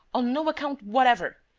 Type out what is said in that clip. on no account whatever!